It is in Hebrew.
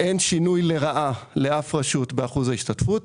אין שינוי לרעה באף רשות באחוז ההשתתפות,